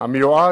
גדוש פעילויות